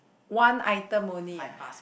one item only ah